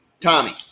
Tommy